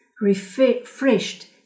refreshed